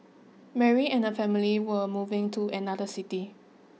Mary and her family were moving to another city